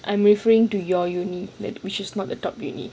I am referring to your uni that which is not the top university